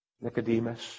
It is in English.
Nicodemus